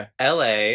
LA